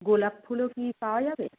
গোলাপ ফুলও কি পাওয়া যাবে